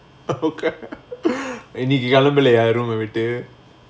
okay இன்னைக்கு கிளம்பலையா:innaikku kilambalayaa room ah விட்டு:vittu